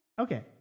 Okay